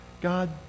God